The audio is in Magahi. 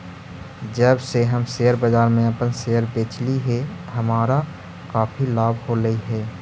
जब से हम शेयर बाजार में अपन शेयर बेचली हे हमारा काफी लाभ होलई हे